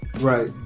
Right